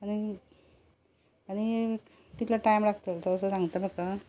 आनी आनी कितलो टायम लागतलो तो असो सांगता म्हाका